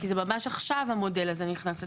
כי זה ממש עכשיו המודל הזה נכנס לתוקף.